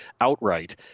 outright